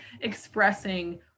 expressing